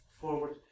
forward